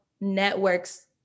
networks